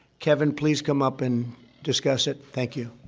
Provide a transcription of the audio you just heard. kevin, please come up and discuss it. thank you.